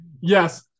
yes